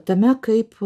tame kaip